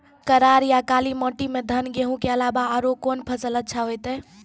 करार या काली माटी म धान, गेहूँ के अलावा औरो कोन फसल अचछा होतै?